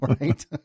right